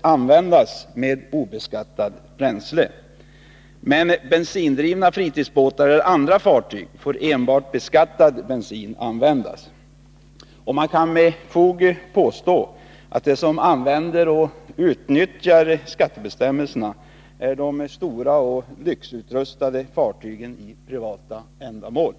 användas med obeskattat bränsle. Men för bensindrivna båtar eller andra fartyg får enbart beskattad bensin användas. Och man kan med fog påstå att de som använder och utnyttjar skattebestämmelserna är ägarna till de stora och lyxutrustade fartygen i privat drift.